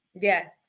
Yes